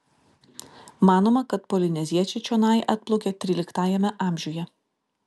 manoma kad polineziečiai čionai atplaukė tryliktajame amžiuje